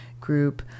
group